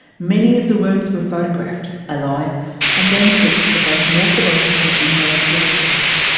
many of the worms were photographed alive and then fixed for both morphological and molecular studies.